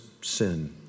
sin